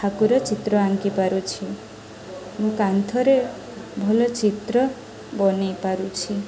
ଠାକୁର ଚିତ୍ର ଆଙ୍କିପାରୁଛି ମୁଁ କାନ୍ଥରେ ଭଲ ଚିତ୍ର ବନେଇ ପାରୁଛି